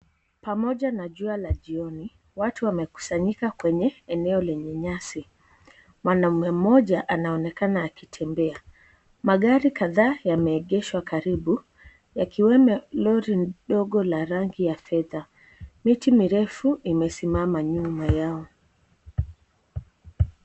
Pamoja na jua la jioni, watu wamekusanyika kwenye eneo lenye nyasi, mwanaume mmoja anaonekana akitembea , magari kadhaa yameegeshwa karibu ikiwemo Lori ndogo la rangi ya fedha. Miti mirefu imesimama nyuma yao.